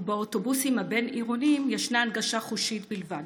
ובאוטובוסים הבין-עירוניים ישנה הנגשה חושית בלבד.